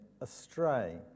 astray